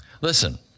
Listen